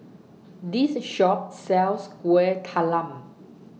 This Shop sells Kuih Talam